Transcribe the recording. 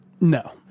No